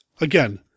again